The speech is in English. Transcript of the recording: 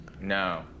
No